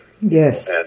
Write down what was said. Yes